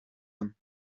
him